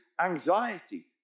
anxiety